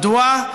מדוע?